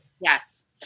Yes